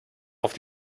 auf